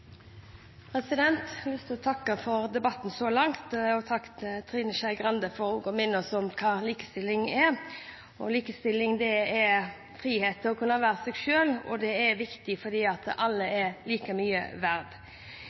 Jeg har lyst til å takke for debatten så langt, og takk til Trine Skei Grande for å minne oss om hva likestilling er. Likestilling er frihet til å kunne være seg selv, og det er viktig fordi alle er like mye